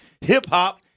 hip-hop